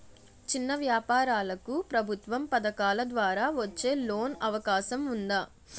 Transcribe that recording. చిన్న వ్యాపారాలకు ప్రభుత్వం పథకాల ద్వారా వచ్చే లోన్ అవకాశం ఉందా?